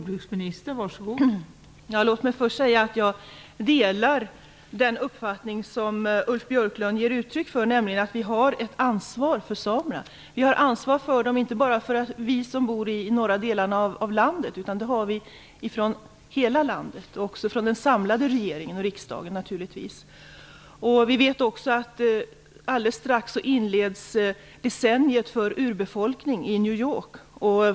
Fru talman! Jag delar den uppfattning som Ulf Björklund ger uttryck för, nämligen att vi har ett ansvar för samerna, inte bara vi som bor i norra delarna av landet utan det har alla som bor i landet. Också den samlade regeringen och riksdagen har naturligtvis detta ansvar. Vi vet också att snart inleds Decenniet för urbefolkning i New York.